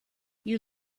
you